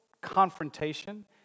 confrontation